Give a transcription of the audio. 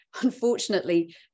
unfortunately